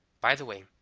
by the way,